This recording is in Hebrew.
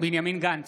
בנימין גנץ,